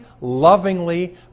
lovingly